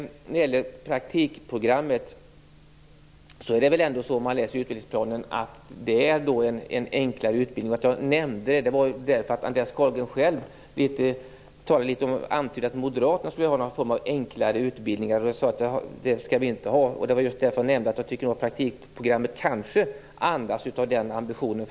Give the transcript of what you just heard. Praktikprogrammet är väl ändå enligt utbildningsplanen en enklare utbildning. Jag nämnde detta därför att Andreas Carlgren själv antydde att Moderaterna skulle vilja ha någon form av enklare utbildning. Så är det inte. Jag tycker däremot att praktikprogrammet kanske andas av den ambitionen.